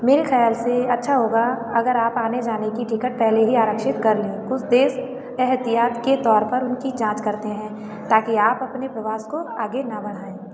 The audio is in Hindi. मेरे खयाल से अच्छा होगा अगर आप आने जाने की टिकट पहले ही आरक्षित कर लें कुछ देश एहतियात के तौर पर उनकी जाँच करते हैं ताकि आप अपने प्रवास को आगे न बढ़ाएँ